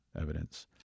evidence